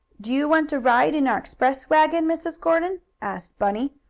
do you want a ride in our express wagon mrs. gordon? asked bunny.